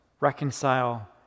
reconcile